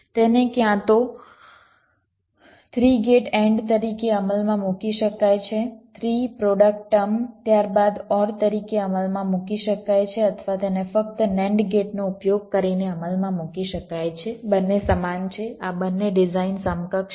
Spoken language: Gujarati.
તેને ક્યાં તો 3 ગેટ AND તરીકે અમલમાં મૂકી શકાય છે 3 પ્રોડક્ટ ટર્મ ત્યારબાદ OR તરીકે અમલમાં મૂકી શકાય છે અથવા તેને ફક્ત NAND ગેટનો ઉપયોગ કરીને અમલમાં મૂકી શકાય છે બંને સમાન છે આ બંને ડિઝાઇન સમકક્ષ છે